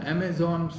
Amazon